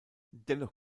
dennoch